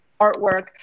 artwork